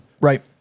Right